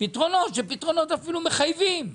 אפילו פתרונות מחייבים,